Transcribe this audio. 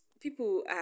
people